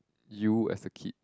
you as a kid